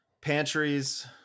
Pantries